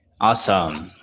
Awesome